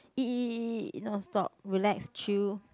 eat eat eat eat eat non stop relax chill